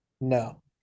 No